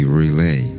relay